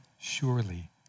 surely